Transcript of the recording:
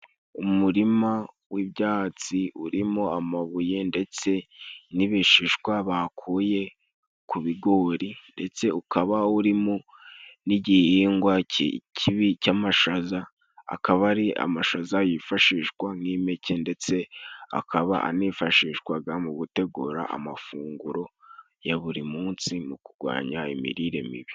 Umurima w'ibyatsi urimo amabuye ndetse n'ibishishwa bakuye ku bigori ndetse ukaba urimo n'igihingwa cy'ikibi cy'amashaza, akaba ari amashaza yifashishwa nk'impeke ndetse akaba anifashishwaga mu gutegura amafunguro ya buri munsi mu kurwanya imirire mibi.